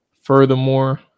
Furthermore